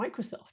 Microsoft